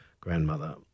grandmother